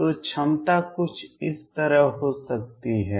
तो क्षमता कुछ इस तरह हो सकती है